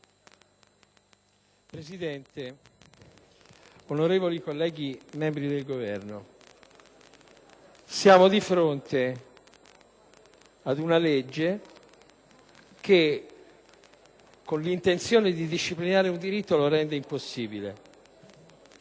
Presidente, onorevoli colleghi, membri del Governo, siamo di fronte ad una legge che, con l'intenzione di disciplinare un diritto, lo rende impossibile.